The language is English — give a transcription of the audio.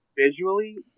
Visually